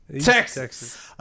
Texas